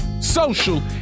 social